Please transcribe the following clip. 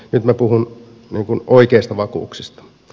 nyt minä puhun oikeista vakuuksista